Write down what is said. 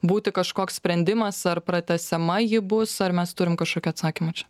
būti kažkoks sprendimas ar pratęsiama ji bus ar mes turim kažkokį atsakymą čia